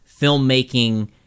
filmmaking